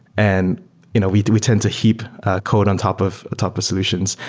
and you know we we tend to heap a code on top of top of solutions.